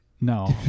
No